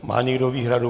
Má někdo výhradu?